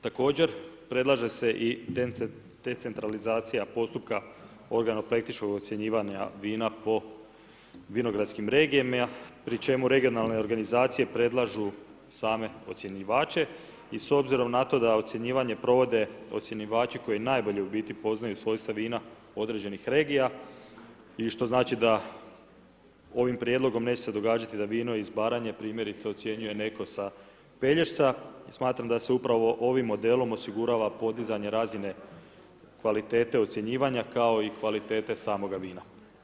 Također, predlaže se i decentralizacija postupka ... ocjenjivanja vina po vinogradskim regijama pri čemu regionalne organizacije predlažu same ocjenjivače i s obzirom na tom da ocjenjivanje provode ocjenjivači koji najbolje u biti poznaju svojstva vina određenih regija i što znači da ovim prijedlogom neće se događati da vino iz Baranje primjerice ocjenjuje neko sa Pelješca, smatram da se upravo ovime modelima osigurava podizanje razine kvalitete ocjenjivanja kao i kvalitete samoga vina.